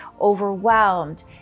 overwhelmed